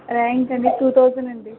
rank అండి two thousand అండి